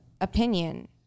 opinion